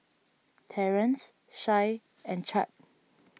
Terance Shay and Chadd